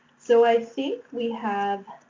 so, i think we have